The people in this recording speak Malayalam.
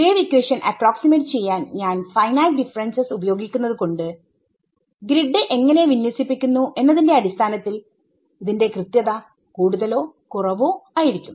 വേവ് ഇക്വേഷൻ അപ്രോക്സിമേറ്റ് ചെയ്യാൻ ഞാൻ ഫൈനൈറ്റ് ഡിഫറെൻസസ് ഉപയോഗിക്കുന്നത് കൊണ്ട് ഗ്രിഡ് എങ്ങനെ വിന്യസിപ്പിക്കുന്നു എന്നതിന്റെ അടിസ്ഥാനത്തിൽ ഇതിന്റെ കൃത്യത കൂടുതലോ കുറവോ ആയിരിക്കും